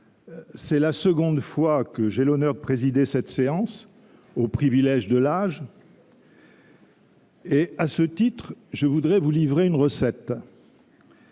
pour la seconde fois, j’ai l’honneur de présider cette séance en vertu du privilège de l’âge. À ce titre, je voudrais vous livrer une recette